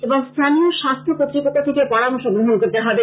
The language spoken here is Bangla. এবং স্থানীয় স্বাস্থ্য কতৃপক্ষ থেকে পরামর্শ গ্রহন করতে হবে